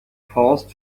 paused